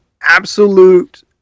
Absolute